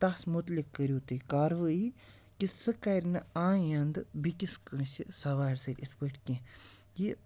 تَس متعلق کٔرِو تُہۍ کاروٲیی کہِ سُہ کَرِ نہٕ آیندٕ بیٚکِس کٲنٛسہِ سوارِ سۭتۍ اِتھ پٲٹھۍ کینٛہہ یہِ